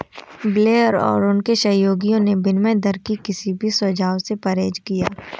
Blair और उनके सहयोगियों ने विनिमय दर के किसी भी सुझाव से परहेज किया